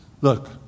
look